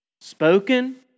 spoken